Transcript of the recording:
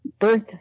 birth